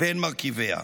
בין מרכיביה.